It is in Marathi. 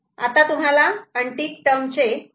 आता तुम्हालाअनटिक टर्मचे महत्व कळले असेल